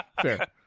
Fair